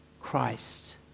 Christ